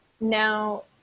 now